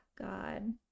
god